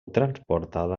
transportada